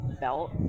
belt